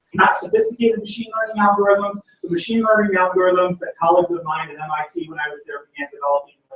not sophisticated machine learning algorithms, but machine learning algorithms that colleagues of mine at mit when i was there began developing